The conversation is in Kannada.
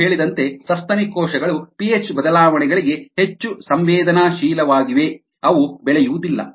ನಾವು ಹೇಳಿದಂತೆ ಸಸ್ತನಿ ಕೋಶಗಳು ಪಿಹೆಚ್ ಬದಲಾವಣೆಗಳಿಗೆ ಹೆಚ್ಚು ಸಂವೇದನಾಶೀಲವಾಗಿವೆ ಅವು ಬೆಳೆಯುವುದಿಲ್ಲ